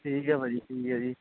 ਠੀਕ ਹੈ ਭਾਅ ਜੀ ਠੀਕ ਹੈ ਜੀ